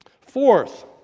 Fourth